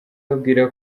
ababwira